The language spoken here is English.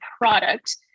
product